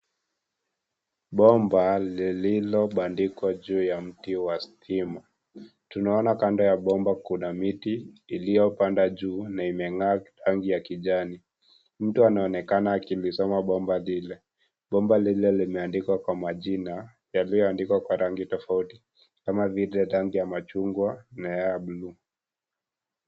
Bomba, lililo bandikwa juu ya mti wa stima, tunaona kando ya bomba kuna miti, iliopanda juu, na imengaa rangi ya kijani, mtu anaonekana akilisoma bomba lile, bomba lile limeandikwa kwa majina, yaliyoandikwa kwa rangi tofauti, kama vile rangi ya machungwa, na ya, (cs)blue(cs).